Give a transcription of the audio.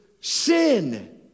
sin